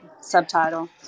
subtitle